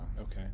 okay